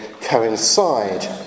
coincide